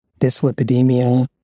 dyslipidemia